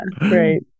right